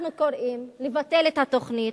אנחנו קוראים לבטל את התוכנית.